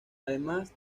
además